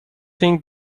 thing